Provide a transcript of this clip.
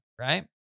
right